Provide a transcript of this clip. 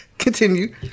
continue